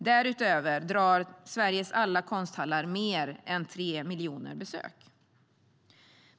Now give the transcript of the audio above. Därutöver drar Sveriges alla konsthallar mer än 3 miljoner besök.